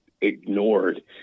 ignored